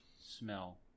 smell –